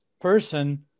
person